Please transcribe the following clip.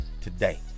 today